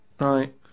Right